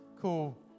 cool